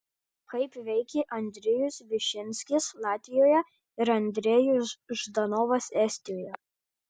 taip veikė andrejus višinskis latvijoje ir andrejus ždanovas estijoje